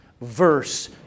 verse